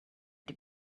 die